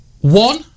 One